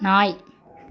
நாய்